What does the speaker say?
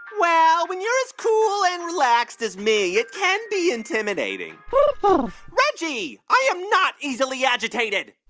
well, when you're as cool and relaxed as me, it can be intimidating reggie, i am not easily agitated